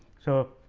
so,